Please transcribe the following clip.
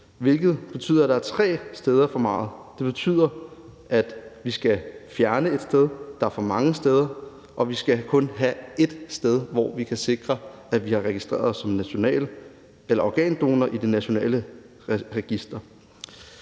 hvilket betyder, at der er tre steder for meget. Der er for mange steder, og vi skal kun have ét sted, hvor det sikres, at vi er registreret som organdonor, nemlig i det nationale register.